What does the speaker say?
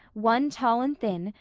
one tall and thin,